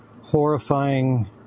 horrifying